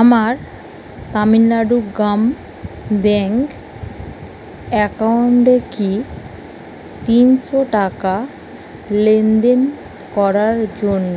আমার তামিলনাড়ু গ্রাম ব্যাঙ্ক অ্যাকাউন্টে কি তিনশো টাকা লেনদেন করার জন্য